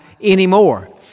anymore